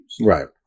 Right